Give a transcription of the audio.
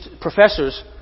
professors